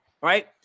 right